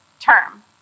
term